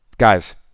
Guys